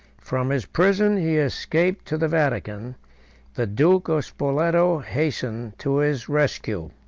from his prison he escaped to the vatican the duke of spoleto hastened to his rescue,